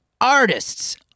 Artists